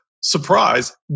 surprise